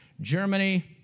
Germany